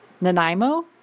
Nanaimo